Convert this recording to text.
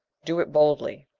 do it boldly.